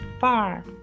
far